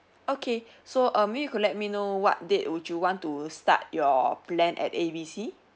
okay so um maybe you could let me know what date would you want to start your plan at A B C